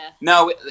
no